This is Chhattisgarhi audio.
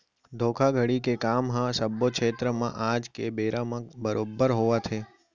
धोखाघड़ी के काम ह सब्बो छेत्र म आज के बेरा म बरोबर होवत हे